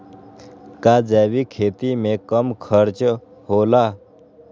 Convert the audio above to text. का जैविक खेती में कम खर्च होला?